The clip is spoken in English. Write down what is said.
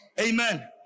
Amen